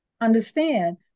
understand